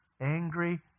angry